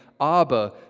Abba